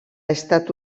estat